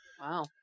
Wow